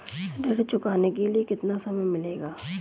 ऋण चुकाने के लिए कितना समय मिलेगा?